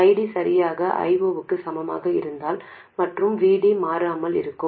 ID சரியாக I0 க்கு சமமாக இருந்தால் மட்டுமே VD மாறாமல் இருக்கும்